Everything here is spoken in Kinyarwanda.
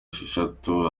esheshatu